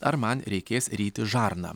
ar man reikės ryti žarną